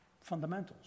fundamentals